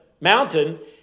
mountain